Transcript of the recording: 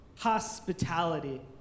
Hospitality